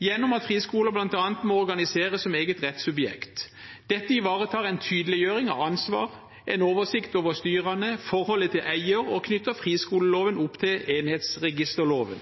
gjennom at friskolene bl.a. må organiseres som eget rettssubjekt. Dette ivaretar en tydeliggjøring av ansvar, en oversikt over styrene, forholdet til eier og knytter friskoleloven opp til enhetsregisterloven.